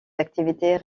activités